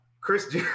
Chris